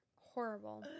Horrible